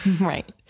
Right